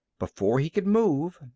before he could move,